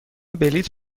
بلیط